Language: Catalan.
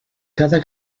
cada